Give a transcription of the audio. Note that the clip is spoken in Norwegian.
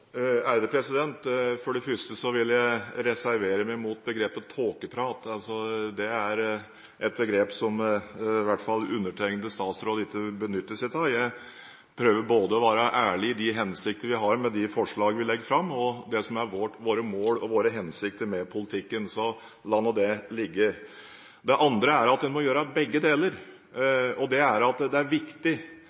For det første vil jeg reservere meg mot begrepet «tåkeprat». Det er et begrep som i hvert fall undertegnede statsråd ikke benytter seg av. Jeg prøver å være ærlig både i de hensikter vi har i de forslag vi legger fram, og i det som er våre mål og vår hensikt med politikken. – La nå det ligge. Det andre er at en må gjøre begge deler. Når man legger fram forslag som skal peke framover, som dette gjør, er det viktig